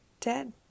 dead